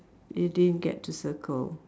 you didn't get to circle